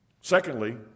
Secondly